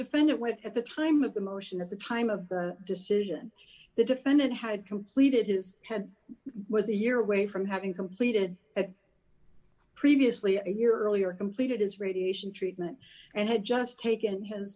defendant went at the time of the motion at the time of decision the defendant had completed his head was a year away from having completed a previously a year earlier completed his radiation treatment and had just taken his